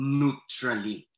neutrally